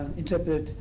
interpret